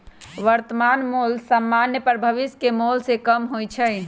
वर्तमान मोल समान्य पर भविष्य के मोल से कम होइ छइ